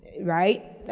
Right